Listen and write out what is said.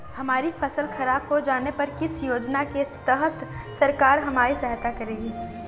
हमारी फसल खराब हो जाने पर किस योजना के तहत सरकार हमारी सहायता करेगी?